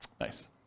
nice